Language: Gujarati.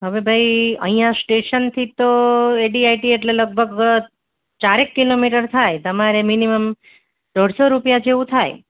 હવે ભાઈ અહીંયા સ્ટેશનથી તો એડીઆઈટી એટલે લગભગ ચારેક કિલોમીટર થાય તમારે મિનિમમ દોઢસો રૂપિયા જેવું થાય